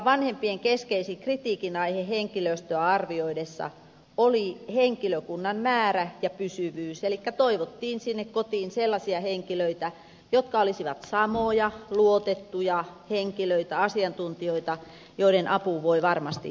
vanhempien keskeisin kritiikin aihe henkilöstöä arvioitaessa oli henkilökunnan määrä ja pysyvyys elikkä toivottiin sinne kotiin sellaisia henkilöitä jotka olisivat samoja luotettuja henkilöitä asiantuntijoita joiden apuun voi varmasti luottaa